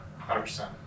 100%